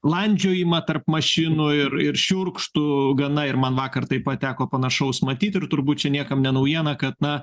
landžiojimą tarp mašinų ir ir šiurkštų gana ir man vakar taip pat teko panašaus matyti ir turbūt niekam ne naujiena kad na